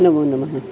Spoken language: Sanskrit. नमोनमः